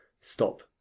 stop